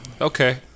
Okay